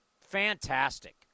fantastic